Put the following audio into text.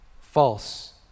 false